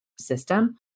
system